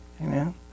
amen